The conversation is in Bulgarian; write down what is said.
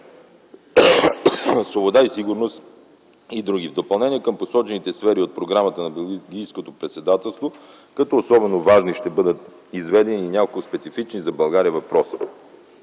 свобода и сигурност и други. В допълнение към посочените сфери от програмата на Белгийско председателство като особено важни ще бъдат изведени и няколко специфични за България въпроси.